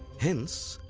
hence,